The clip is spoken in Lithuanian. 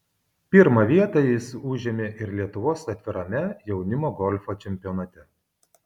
pirmą vietą jis užėmė ir lietuvos atvirame jaunimo golfo čempionate